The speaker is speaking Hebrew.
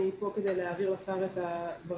אני פה כדי להעביר לשר את הדברים.